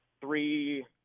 three